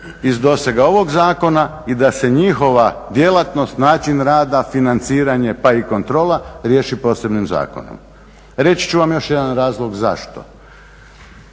iz dosega ovog zakona i da se njihova djelatnost, način rada, financiranje pa i kontrola riješi posebnim zakonom. Reći ću vam još jedan razlog zašto.